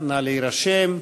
מתכבדת להודיעכם,